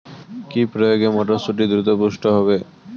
কি প্রয়োগে মটরসুটি দ্রুত পুষ্ট হবে?